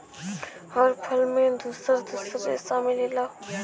हर फल में दुसर दुसर रेसा मिलेला